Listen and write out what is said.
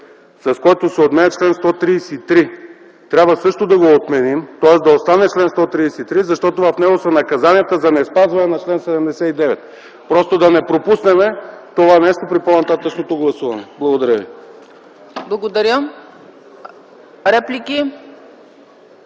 с който се отменя чл. 133, трябва също да го отменим, тоест да остане чл. 133, защото в него са наказанията за неспазване на чл. 79. Просто да не пропуснем това нещо при по-нататъшното гласуване. Благодаря ви. ПРЕДСЕДАТЕЛ